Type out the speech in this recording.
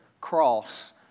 cross